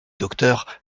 docteurs